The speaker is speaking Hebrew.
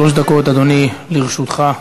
שלוש דקות, אדוני, לרשותך.